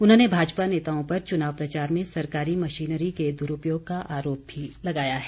उन्होंने भाजपा नेताओं पर चुनाव प्रचार में सरकारी मशीनरी के दुरूपयोग का आरोप भी लगाया है